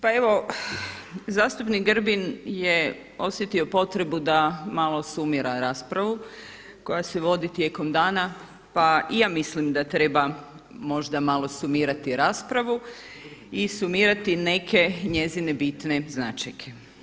Pa evo zastupnik Grbin je osjetio potrebu da malo sumira raspravu koja se vodi tijekom dana, pa i ja mislim da treba možda malo sumirati raspravu i sumirati neke njezine bitne značajke.